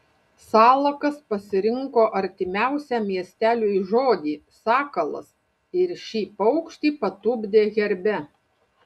salakas pasirinko artimiausią miesteliui žodį sakalas ir šį paukštį patupdė herbe